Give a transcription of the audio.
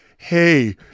Hey